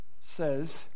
says